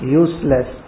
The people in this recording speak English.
useless